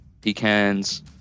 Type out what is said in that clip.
pecans